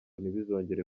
ntibizongere